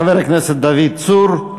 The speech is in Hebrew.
חבר הכנסת דוד צור,